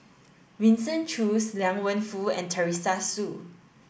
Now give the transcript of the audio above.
Winston Choos Liang Wenfu and Teresa Hsu